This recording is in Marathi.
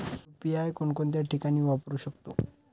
यु.पी.आय कोणकोणत्या ठिकाणी वापरू शकतो?